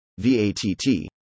VATT